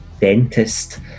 dentist